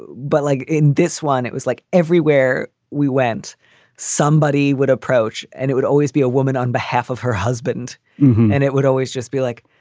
but like in this one, it was like everywhere we went somebody would approach and it would always be a woman on behalf of her husband and it would always just be like,